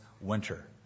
winter